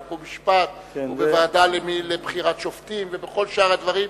חוק ומשפט ובוועדה לבחירת שופטים ובכל שאר הדברים,